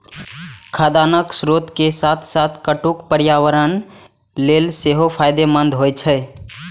खाद्यान्नक स्रोत के साथ साथ कट्टू पर्यावरण लेल सेहो फायदेमंद होइ छै